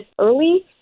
early